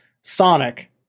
Sonic